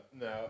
no